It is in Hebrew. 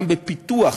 גם בפיתוח,